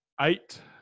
eight